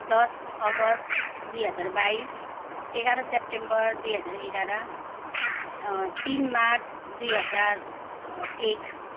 दस अगस्त दुई हजार बाइस एघार सेप्टेम्बर दुई हजार एघार तिन मार्च दुई हजार एक